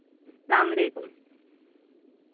السّلام علیکم